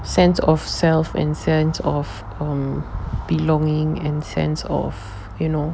sense of self and sense of um belonging and sense of you know